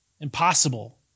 impossible